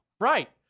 Right